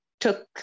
took